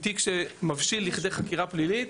תיק שמבשיל לכדי חקירה פלילית.